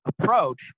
approach